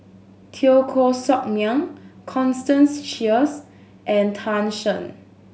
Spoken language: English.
Teo Koh Sock Miang Constance Sheares and Tan Shen